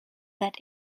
that